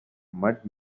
mudd